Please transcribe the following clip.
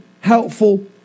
helpful